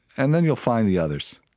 and then you'll find the others.